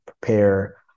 prepare